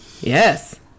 Yes